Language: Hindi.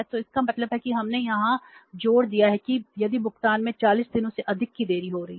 तो इसका मतलब है कि हमने यहां जोड़ दिया है कि यदि भुगतान में 40 दिनों से अधिक की देरी हो रही है